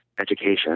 education